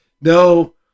no